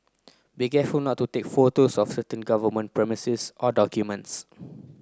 be careful not to take photos of certain government premises or documents